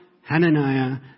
Hananiah